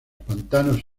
pantanos